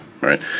Right